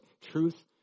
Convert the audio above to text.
Truth